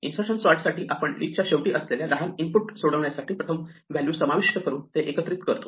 insertion सॉर्टसाठी आपण लिस्टच्या शेवटी असलेल्या लहान इनपुटचे सोडवण्यासाठी प्रथम व्हॅल्यू समाविष्ट करून ते एकत्र करतो